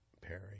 Perry